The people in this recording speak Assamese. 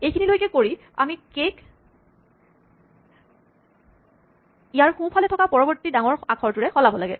এইখিনিলৈকে কৰি আমি কে ক ইয়াৰ সোঁফালে থকা পৰবৰ্তী ডাঙৰ আখৰটোৰে সলাব লাগে